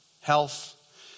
health